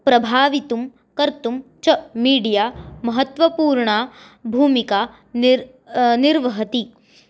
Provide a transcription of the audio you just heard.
प्रभावयितुं कर्तुं च मीडिया महत्त्वपूर्णं भूमिकां निर् निर्वहति